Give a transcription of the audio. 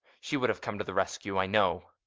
she would have come to the rescue, i know.